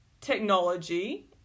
technology